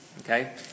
Okay